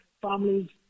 families